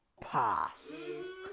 pass